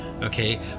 Okay